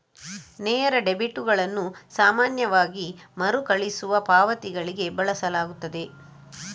ನೇರ ಡೆಬಿಟುಗಳನ್ನು ಸಾಮಾನ್ಯವಾಗಿ ಮರುಕಳಿಸುವ ಪಾವತಿಗಳಿಗೆ ಬಳಸಲಾಗುತ್ತದೆ